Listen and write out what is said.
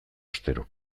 astero